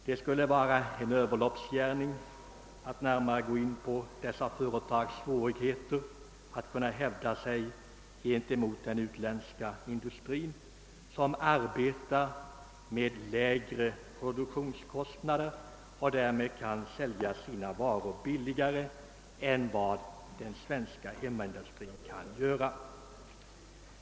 Det skulle vara en överloppsgärning att gå närmare in på dessa företags svårigheter att hävda sig gentemot den utländska industrin, som arbetar med lägre produktionskostnader och därigenom kan sälja sina varor billigare än vad den svenska hemmamarknadsindustrin kan göra.